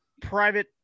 private